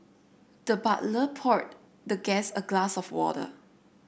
the butler poured the guest a glass of water